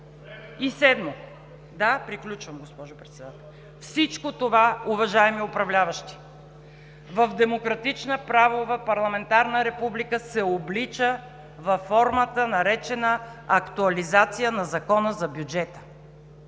изтекло.) Да, приключвам, госпожо Председател. Седмо, всичко това, уважаеми управляващи, в демократична правова парламентарна република се облича във формата, наречена актуализация на Закона за бюджета,